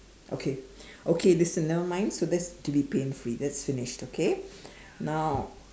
okay okay listen nevermind so that's to be pain free that's finished okay now